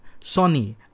Sony